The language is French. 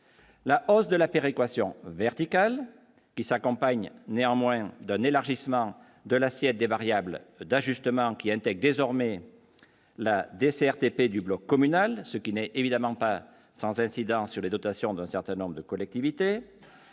La hausse de la péréquation verticale qui s'accompagne néanmoins d'un élargissement de l'assiette des variables d'ajustement qui intègre désormais la desserte épais du bloc communal, ce qui n'est évidemment pas sans incidence sur les dotations d'un certain nombre de collectivités